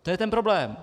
To je ten problém.